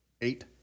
Eight